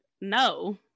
no